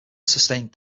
sustained